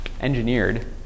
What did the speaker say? engineered